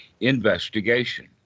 investigation